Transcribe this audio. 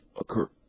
occur